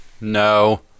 No